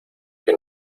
que